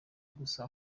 gusa